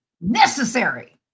necessary